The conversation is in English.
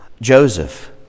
Joseph